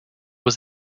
was